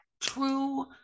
true